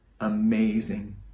amazing